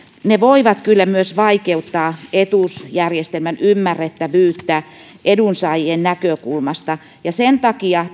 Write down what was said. ne voivat kyllä myös vaikeuttaa etuusjärjestelmän ymmärrettävyyttä edunsaajien näkökulmasta sen takia